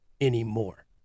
anymore